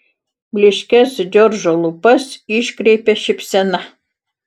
blyškias džordžo lūpas iškreipė šypsena